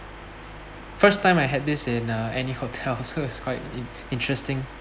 first time I had this in uh any hotels so is quite in interesting